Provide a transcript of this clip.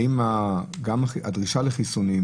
האם הדרישה לחיסונים,